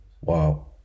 wow